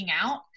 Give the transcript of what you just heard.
out